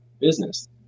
business